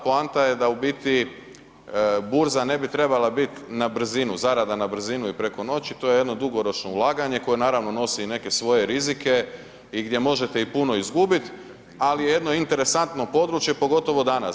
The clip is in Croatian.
Poanta je da u biti burza ne bi trebala biti na brzinu, zarada na brzinu i preko noći, to je jedno dugoročno ulaganje koje naravno nosi i neke svoje rizike i gdje možete puno izgubiti, ali je jedno interesantno područje pogotovo danas.